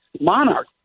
monarch